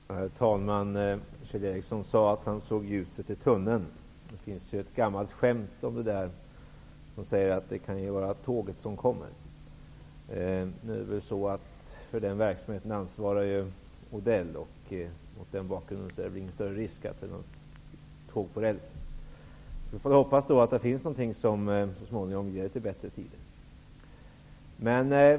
Herr talman! Kjell Ericsson sade att han såg ljuset i tunneln. Det finns ett gammalt skämt om detta som säger att det ju kan vara tåget som kommer. För den verksamheten svarar ju Odell. Mot den bakgrunden är det nog ingen större risk att det går som på räls. Vi får då hoppas att det finns någonting som så småningom ger oss litet bättre tider.